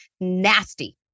nasty